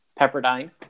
Pepperdine